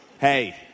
Hey